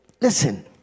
listen